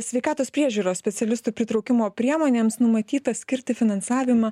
sveikatos priežiūros specialistų pritraukimo priemonėms numatyta skirti finansavimą